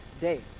day